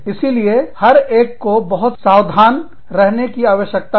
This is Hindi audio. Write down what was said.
इसीलिए हर एक को बहुत सावधान रहने की आवश्यकता है